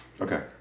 Okay